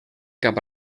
cap